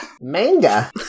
Manga